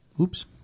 Oops